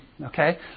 Okay